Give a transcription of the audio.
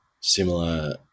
similar